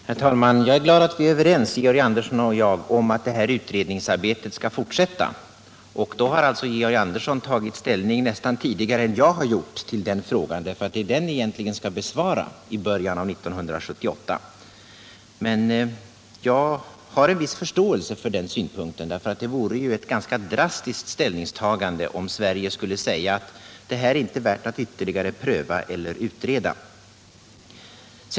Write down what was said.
Herr talman! Jag är glad att vi är överens, Georg Andersson och jag, om att utredningsarbetet skall fortsätta. Då har Georg Andersson tagit ställning nästan tidigare än jag har gjort till den frågan, men jag har en viss förståelse för det. Det vore ju ett ganska drastiskt ställningstagande om Sverige skulle säga att detta inte är värt att ytterligare pröva eller utreda.